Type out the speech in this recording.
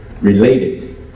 related